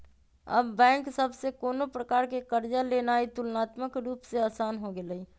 अब बैंक सभ से कोनो प्रकार कें कर्जा लेनाइ तुलनात्मक रूप से असान हो गेलइ